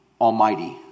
Almighty